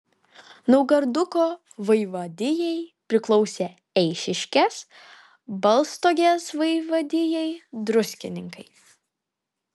naugarduko vaivadijai priklausė eišiškės balstogės vaivadijai druskininkai